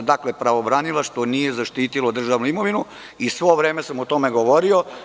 Dakle, pravobranilaštvo nije zaštitilo svoju imovinu i sve vreme sam o tome govorio.